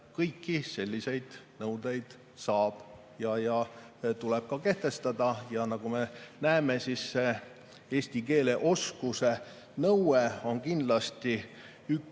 Kõiki selliseid nõudeid saab ja tuleb kehtestada. Ja nagu me näeme, eesti keele oskuse nõue on kindlasti üks